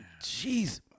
Jeez